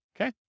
okay